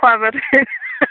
খোৱা বোৱাতো